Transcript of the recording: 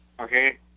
Okay